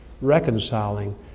reconciling